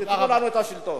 ותנו לנו את השלטון.